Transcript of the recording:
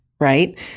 right